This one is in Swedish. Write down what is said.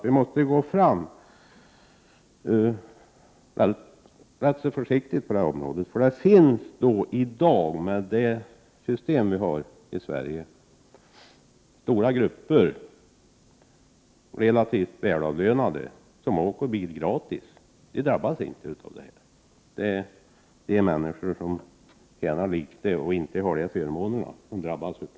Vi måste gå fram rätt försiktigt på det här området, för det finns i dag, med det system vi har i Sverige, stora grupper relativt väl avlönade som åker bil gratis. De drabbas inte. Det är de människor som tjänar litet och inte har sådana förmåner som drabbas.